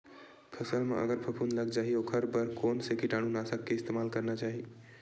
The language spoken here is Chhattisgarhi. फसल म अगर फफूंद लग जा ही ओखर बर कोन से कीटानु नाशक के इस्तेमाल करना चाहि?